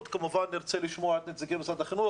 וכמובן נרצה לשמוע את נציגי משרד החינוך.